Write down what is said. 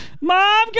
Mom